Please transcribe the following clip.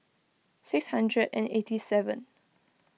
six hundred and eighty seven